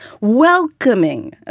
welcoming